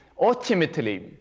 ultimately